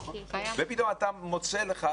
ופתאום אתה מוצא לך.